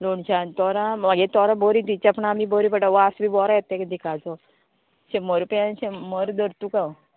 लोणच्यान तोरां म्हागेली तोरां बरी च्येपणाक आमी बरी पडटा वास बी बोरो येत तेगे दीकाचो शेंबर पे शेंबर धर तुका